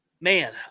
man